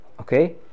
Okay